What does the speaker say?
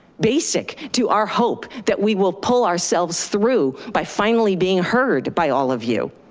basic to our hope that we will pull ourselves through by finally being heard by all of you.